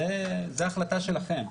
זאת החלטה שלכם.